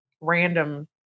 random